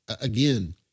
again